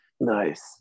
Nice